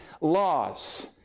laws